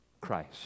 Christ